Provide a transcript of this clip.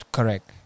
Correct